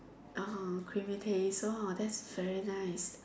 ah creamy taste ah that's very nice